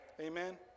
Amen